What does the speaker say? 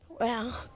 Wow